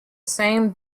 same